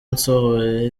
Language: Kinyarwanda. nsohoye